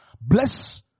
bless